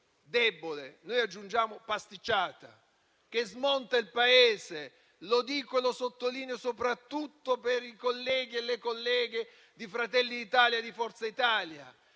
debole - noi aggiungiamo pasticciata - che smonta il Paese? Lo dico e lo sottolineo soprattutto per i colleghi e le colleghe di Fratelli d'Italia e Forza Italia.